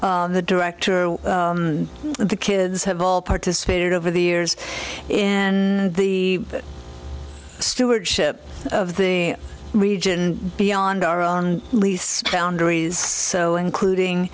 the director the kids have all participated over the years in the stewardship of the region beyond our own lease foundries so including